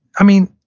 i mean,